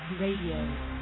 Radio